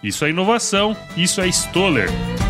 Isso é inovação, isso é Stoller.